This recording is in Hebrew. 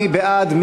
מי בעד?